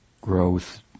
growth